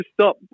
stop